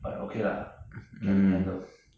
but okay lah can handle